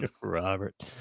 Robert